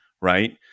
right